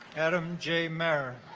adam jay mary